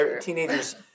teenagers